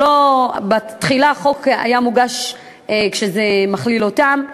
שבתחילה החוק שהוגש הכליל אותם,